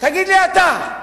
תגיד לי אתה: